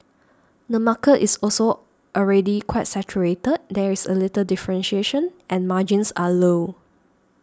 the market is also already quite saturated there is a little differentiation and margins are low